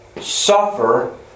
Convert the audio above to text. suffer